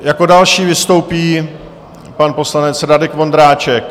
Jako další vystoupí pan poslanec Radek Vondráček.